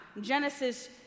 Genesis